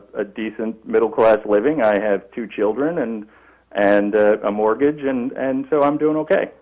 a decent, middle-class living, i have two children and and a mortgage, and and so i'm doing ok.